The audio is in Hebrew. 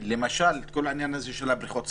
למשל כל העניין הזה של בריכות השחייה,